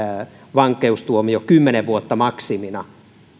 vankeustuomio kymmenen vuotta maksimina